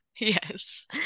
Yes